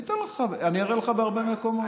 אני אראה לך בהרבה מקומות.